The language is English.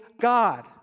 God